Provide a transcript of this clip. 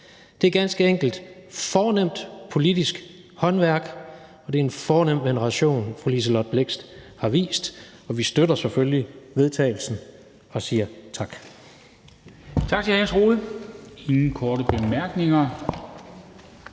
Det er ganske enkelt fornemt politisk håndværk, og det er en fornem veneration, fru Liselott Blixt har vist, og vi støtter selvfølgelig forslaget til vedtagelse og siger tak.